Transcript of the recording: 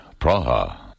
Praha